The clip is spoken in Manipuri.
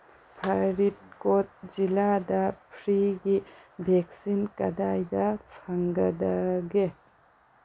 ꯐꯔꯤꯠꯀꯣꯠ ꯖꯤꯂꯥꯗ ꯐ꯭ꯔꯤꯒꯤ ꯚꯦꯛꯁꯤꯟ ꯀꯗꯥꯏꯗ ꯐꯪꯒꯗꯒꯦ